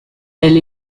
elle